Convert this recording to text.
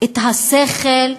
את השכל,